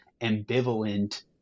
ambivalent